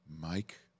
Mike